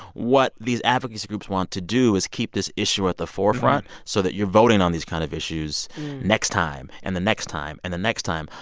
what these advocacy groups want to do is keep this issue at the forefront so that you're voting on these kind of issues next time, and the next time and the next time.